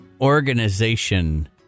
organization